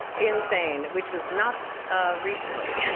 insane, which was not recently,